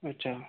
अच्छा